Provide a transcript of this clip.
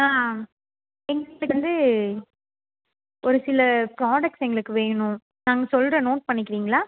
ஆ எங்ஸ்கிட்டருந்து ஒரு சில ப்ராடக்ட்ஸ் எங்களுக்கு வேணும் நாங்கள் சொல்லுறன் நோட் பண்ணிக்கிறீங்களா